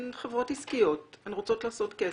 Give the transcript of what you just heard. הן חברות עסקיות, הן רוצות לעשות כסף,